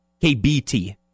KBT